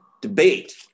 debate